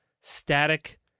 static